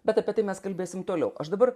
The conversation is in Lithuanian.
bet apie tai mes kalbėsim toliau aš dabar